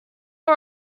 are